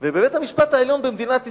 ובבית-המשפט העליון במדינת ישראל,